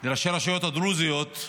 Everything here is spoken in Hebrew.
הרשויות הדרוזיות,